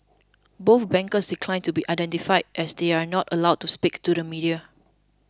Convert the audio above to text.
both bankers declined to be identified as they are not allowed to speak to the media